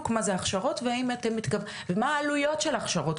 מה זה הכשרות ומה העלויות של הכשרות,